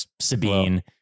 Sabine